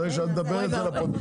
ברגע שאת מדברת, זה לפרוטוקול.